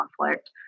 conflict